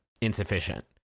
insufficient